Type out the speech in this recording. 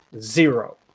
zero